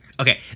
Okay